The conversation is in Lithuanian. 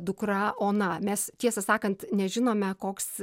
dukra ona mes tiesą sakant nežinome koks